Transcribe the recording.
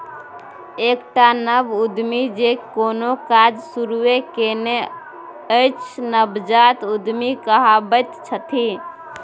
एकटा नव उद्यमी जे कोनो काज शुरूए केने अछि नवजात उद्यमी कहाबैत छथि